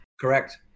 Correct